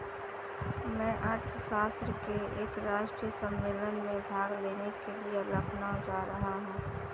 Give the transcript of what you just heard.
मैं अर्थशास्त्र के एक राष्ट्रीय सम्मेलन में भाग लेने के लिए लखनऊ जा रहा हूँ